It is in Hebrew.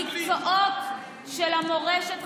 המקצועות של המורשת,